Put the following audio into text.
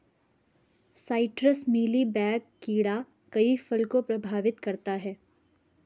citrus mealy bug कीड़ा कई फल को प्रभावित करता है